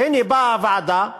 והנה באה הוועדה ומציעה,